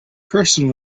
person